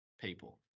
people